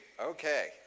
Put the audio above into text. Okay